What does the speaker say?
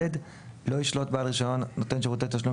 לא ישלוט בעל רישיון נותן שירותי תשלום